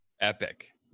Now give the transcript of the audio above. Epic